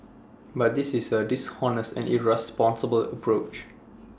but this is A dishonest and irresponsible approach